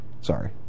Sorry